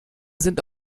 sind